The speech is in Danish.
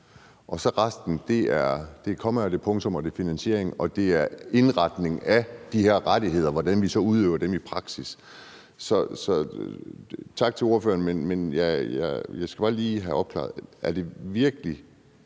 Så er resten kommaer, det er punktummer, og det er finansiering, og det er indretning af de her rettigheder, altså hvordan vi så udøver dem i praksis. Så tak til ordføreren, men jeg skal bare lige have opklaret noget: Er det virkelig